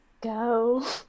go